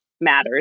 matters